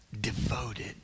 devoted